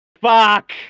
Fuck